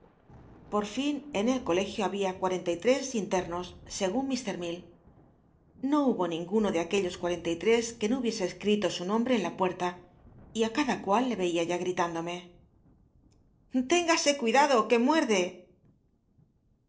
por lin en el colegio babia cuarenta y tres lino segun mr llell no hubo ninguno de aquellos cuarenta y lles que no hubiese cscl'ito su nombre en la puerta y á cada cual le vcia ya gritündomc ce téngase cuidado que muerde